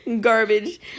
garbage